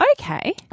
Okay